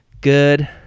good